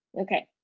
Okay